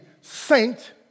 saint